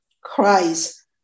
cries